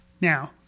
Now